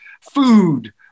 food